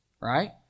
right